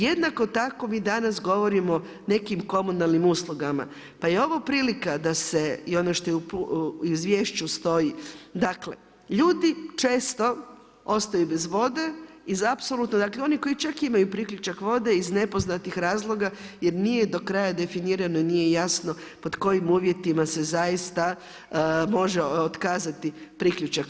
Jednako tako mi danas govorimo o nekim komunalnim uslugama pa je ovo prilika da se i ono što u Izvješću stoji, dakle ljudi često ostaju bez vode i apsolutno dakle čak i oni koji imaju priključak vode iz nepoznatih razloga jer nije do kraja definirano i nije jasno pod kojim uvjetima se zaista može otkazati priključak.